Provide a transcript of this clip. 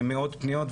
מאות פניות,